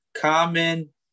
Common